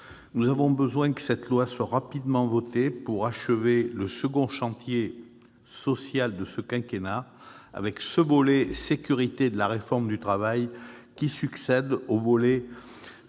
Nous avons besoin que cette loi soit rapidement votée pour achever le second chantier social de ce quinquennat, avec ce volet « sécurité » de la réforme du travail qui succède au volet